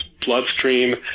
bloodstream